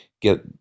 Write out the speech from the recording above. get